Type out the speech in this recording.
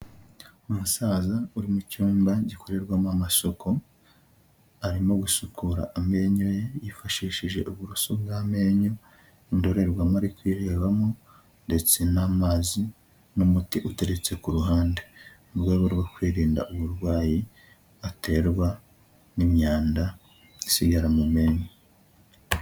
Umusaza uri mu cyumba gikorerwamo amasuku, arimo gusukura amenyo ye yifashishije uburoso bw'amenyo indorerwamo kurebabamo ndetse n'amazi n'umuti uteretse ku ruhande, mu rwego rwo kwirinda uburwayi aterwa n'imyanda isigara mu menyo.